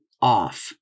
off